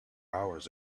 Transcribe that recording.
hours